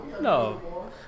No